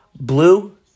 Blue